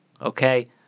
okay